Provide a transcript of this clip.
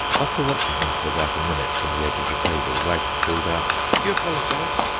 after watching him for about a minute from the edge of the table, wag called out do you apologize?